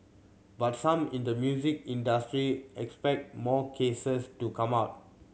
but some in the music industry expect more cases to come out